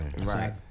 Right